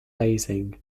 basing